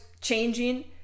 changing